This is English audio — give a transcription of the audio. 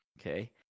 Okay